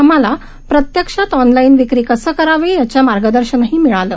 आम्हाला प्रत्यक्षात ऑनलाइन विक्री कशी करावी याचं मार्गदर्शनही मिळालं